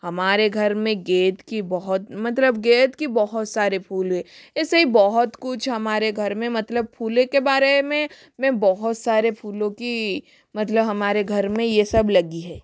हमारे घर में गेंदा की बहुत मतलब गेंदा की बहुत सारे फूल है ऐसे बहुत कुछ हमारे घर में मतलब फूलों के बारे में मैं बहुत सारे फूलों की मतलब हमारे घर में ये सब लगी हे